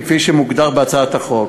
כפי שמוגדר בהצעת החוק.